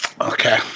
Okay